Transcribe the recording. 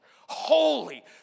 holy